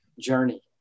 journey